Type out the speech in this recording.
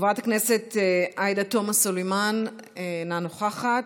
חברת הכנסת עאידה תומא סלימאן, אינה נוכחת.